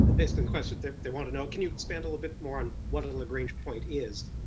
basically the question they want to know, can you expand a little bit more on what a lagrangee point is?